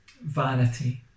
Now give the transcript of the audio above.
vanity